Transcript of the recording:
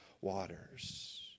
waters